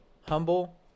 humble